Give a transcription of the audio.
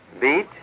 Beat